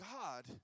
God